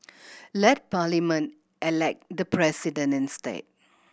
let Parliament elect the President instead